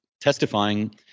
testifying